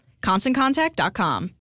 ConstantContact.com